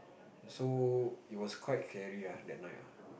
so it was quite scary ah that night ah